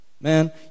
Man